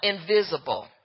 invisible